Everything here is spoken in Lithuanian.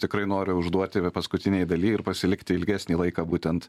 tikrai noriu užduoti paskutinėj daly ir pasilikti ilgesnį laiką būtent